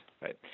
right